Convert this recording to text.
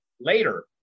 later